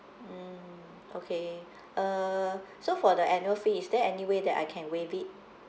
mm okay uh so for the annual fee is there any way that I can waive it